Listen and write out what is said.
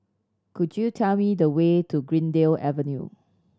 could you tell me the way to Greendale Avenue